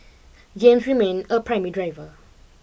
games remain a primary driver